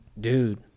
dude